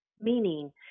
Meaning